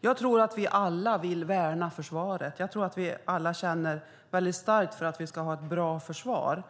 Jag tror att vi alla vill värna försvaret. Jag tror att vi alla känner starkt för att vi ska ha ett bra försvar.